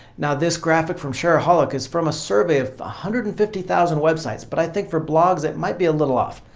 now this graphic from shareaholic is from a survey of one ah hundred and fifty thousand websites but i think for blogs it might be a little off.